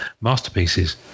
Masterpieces